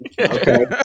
Okay